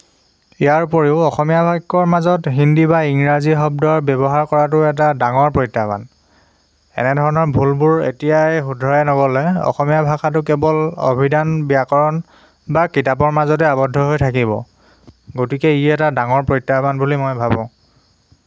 ইয়াৰ ওপৰিও অসমীয়া বাক্যৰ মাজত হিন্দী বা ইংৰাজী শব্দৰ ব্যৱহাৰ কৰাটোও এটা ডাঙৰ প্ৰত্য়াহ্বান এনেধৰণৰ ভুলবোৰ এতিয়াই শুধৰাই নগ'লে অসমীয়া ভাষাটো কেৱল অভিধান ব্যাকৰণ বা কিতাপৰ মাজতে আবদ্ধ হৈ থাকিব গতিকে ই এটা ডাঙৰ প্ৰত্যাহ্বান বুলি মই ভাবোঁ